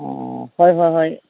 ꯑꯣ ꯍꯣꯏ ꯍꯣꯏ ꯍꯣꯏ